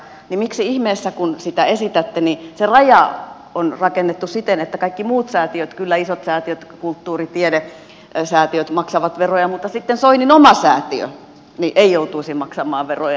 miksi ihmeessä kun sitä esitätte se raja on rakennettu siten että kaikki muut säätiöt kyllä isot säätiöt kulttuuri tiedesäätiöt maksavat veroja mutta sitten soinin oma säätiö ei joutuisi maksamaan veroja